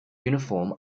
uniform